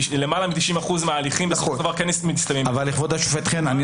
למעלה מ-90% מההליכים כן מסתיימים --- כבוד השופט חן,